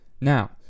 now